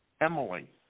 Emily